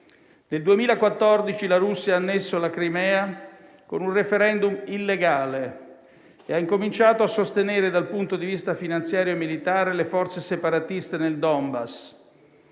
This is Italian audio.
Nel 2014 la Russia ha annesso la Crimea con un *referendum* illegale e ha incominciato a sostenere dal punto di vista finanziario e militare le forze separatiste nel Donbass.